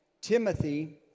Timothy